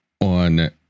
on